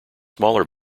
smaller